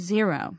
Zero